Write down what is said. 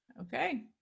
Okay